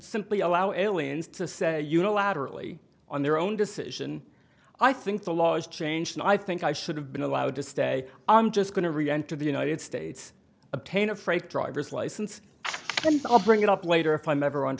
simply allow aliens to say unilaterally on their own decision i think the law is changed and i think i should have been allowed to stay i'm just going to reenter the united states obtain a freight driver's license and all bring it up later if i'm ever on